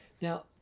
now